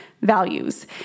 values